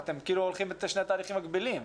אתם כאילו הולכים בשני תהליכים מקבילים.